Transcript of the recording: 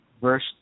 verse